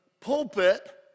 pulpit